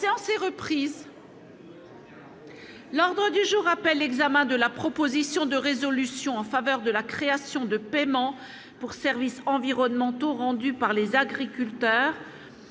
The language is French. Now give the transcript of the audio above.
dans 5 minutes. L'ordre du jour appelle l'examen de la proposition de résolution en faveur de la création de paiements pour services environnementaux rendus par les agriculteurs,